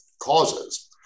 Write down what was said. causes